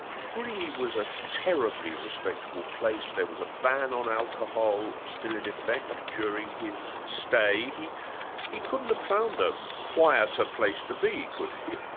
greeley was a terribly respectable place, there was a ban on alcohol still in effect during his stay. he he couldn't have found a quieter place to be, could he?